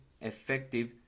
effective